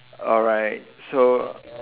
alright so